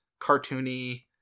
cartoony